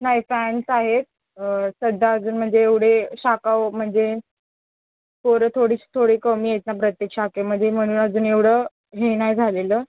नाही फॅन्स आहेत सध्या अजून म्हणजे एवढे शाखा व म्हणजे पोरं थोडीशी थोडी कमी आहेत ना प्रत्येक शाखेमध्ये म्हणून अजून एवढं हे नाही झालेलं